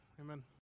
Amen